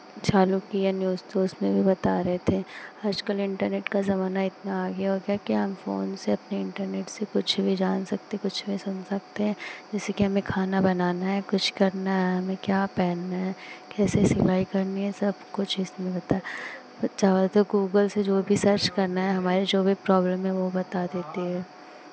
चालू किया न्यूज़ तो तो उसमें भी बता रहे थे आजकल इंटरनेट का ज़माना इतना आगे हो गया है कि हम फोन से अपने इंटरनेट से कुछ भी जान सकते कुछ भी सुन सकते हैं जैसे कि हमें खाना बनाना है कुछ करना है हमें क्या पहनना है कैसे सिलाई करनी है सब कुछ इसमें होता है चाहो तो गूगल से जो भी सर्च करना है हमारी जो भी प्रॉब्लम है वो बता देते हैं